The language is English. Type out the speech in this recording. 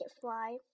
fly